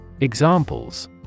Examples